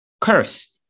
curse